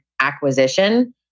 acquisition